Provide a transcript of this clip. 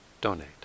donate